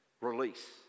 release